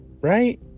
Right